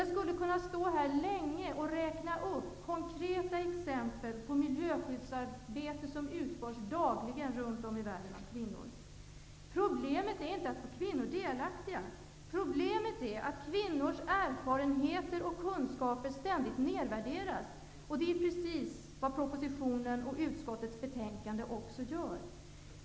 Jag skulle kunna stå här länge och räkna upp konkreta exempel på miljöskyddsarbete som utförs dagligen av kvinnor runt om i världen. Problemet är inte att få kvinnor delaktiga. Problemet är att kvinnors erfarenheter och kunskaper ständigt nedvärderas. Det är precis vad propositionen och utskottets betänkande också gör.